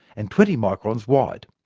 and twenty microns wide.